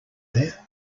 there